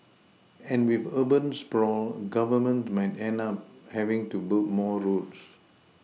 and with urban sprawl Governments might end up having to build more roads